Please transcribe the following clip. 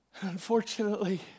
Unfortunately